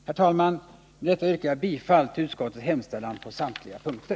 Herr talman! Med detta yrkar jag bifall till utskottets hemställan på samtliga punkter.